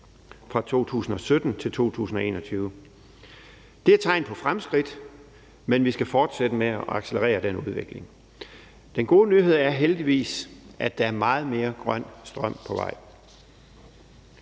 fra 2017 til 2021. Det er et tegn på fremskridt, men vi skal fortsætte med at accelerere den udvikling. Den gode nyhed er heldigvis, at der er meget mere grøn strøm på vej.